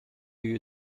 you